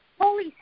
Holy